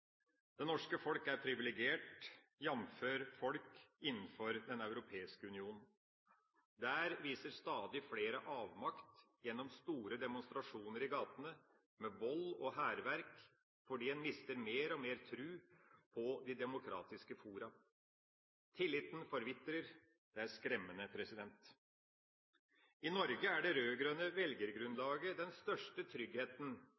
Det norske folk er privilegert, jf. folk innenfor Den europeiske union. Der viser stadig flere avmakt gjennom store demonstrasjoner i gatene, med vold og hærverk, fordi en mister mer og mer tru på de demokratiske fora. Tilliten forvitrer. Det er skremmende. I Norge er det rød-grønne velgergrunnlaget den største tryggheten